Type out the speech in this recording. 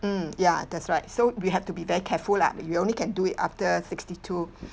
mm ya that's right so we have to be very careful lah you only can do it after sixty-two